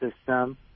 system